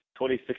2016